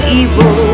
evil